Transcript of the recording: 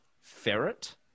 Ferret